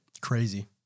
Crazy